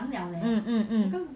mm mm mm